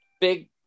big